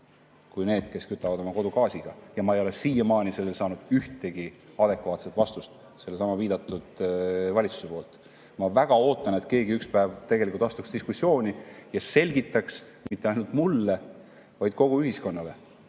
kui need, kes kütavad oma kodu gaasiga. Ma ei ole siiamaani saanud ühtegi adekvaatset vastust sellesama viidatud valitsuse poolt. Ma väga ootan, et keegi ükspäev tegelikult astuks diskussiooni ja selgitaks mitte ainult mulle, vaid kogu ühiskonnale,